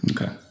Okay